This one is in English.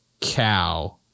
cow